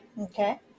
Okay